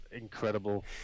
incredible